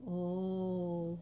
oh